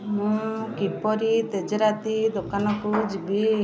ମୁଁ କିପରି ତେଜରାତି ଦୋକାନକୁ ଯିବି